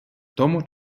тому